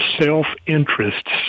self-interests